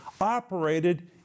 operated